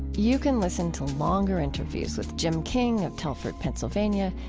you can listen to longer interviews with jim king of telford, pennsylvania,